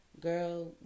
girl